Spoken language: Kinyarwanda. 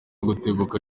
gutegeka